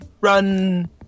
run